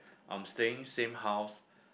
I'm staying same house